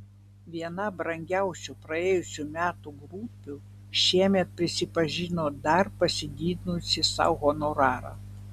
viena brangiausių praėjusių metų grupių šiemet prisipažino dar pasididinusi sau honorarą